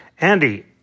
Andy